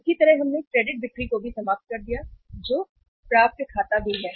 इसी तरह हमने क्रेडिट बिक्री को भी समाप्त कर दिया है जो कि प्राप्य खाता भी है